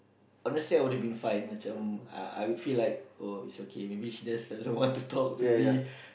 honestly I would have been fine macam I I would feel like oh it's okay maybe she just doesn't want to talk to me